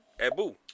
Abu